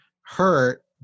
hurt